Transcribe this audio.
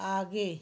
आगे